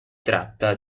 tratta